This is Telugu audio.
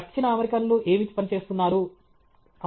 దక్షిణ అమెరికన్లు ఏమి పని చేస్తున్నారు